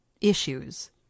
issues